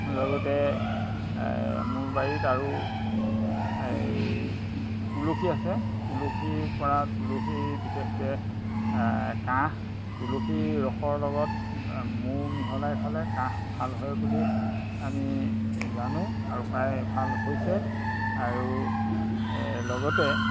লগতে মোৰ বাৰীত আৰু এই তুলসী আছে তুলসীৰ পৰা তুলসী বিশেষকে কাঁহ তুলসীৰ ৰসৰ লগত মৌ মিহলাই খালে কাঁহ ভাল হয় বুলি আমি জানোঁ আৰু প্ৰায় ভাল হৈছে আৰু লগতে